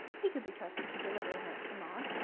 he could be trusted to deliver a note to maud.